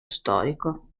storico